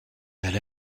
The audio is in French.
elle